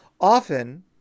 Often